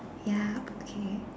ya K